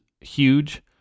huge